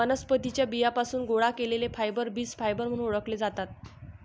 वनस्पतीं च्या बियांपासून गोळा केलेले फायबर बीज फायबर म्हणून ओळखले जातात